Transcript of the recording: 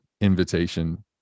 invitation